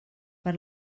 per